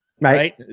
right